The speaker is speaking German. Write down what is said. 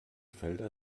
felder